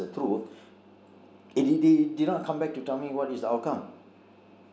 truth they they did not come back to tell me what is the outcome